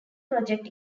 project